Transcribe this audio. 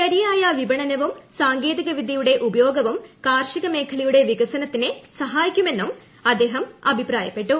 ശരിയ്ായ പിപണനവും സാങ്കേതിക വിദൃയുടെ ഉപയോഗവും കാർഷിക് മേഖലയുടെ വികസനത്തിന് സഹായിക്കുമെന്നും അദ്ദേഹം അഭിപ്രായപ്പെട്ടു